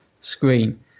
screen